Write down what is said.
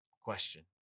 question